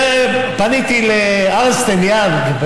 פניתי לארנסט אנד יאנג,